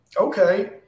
okay